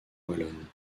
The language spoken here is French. wallonne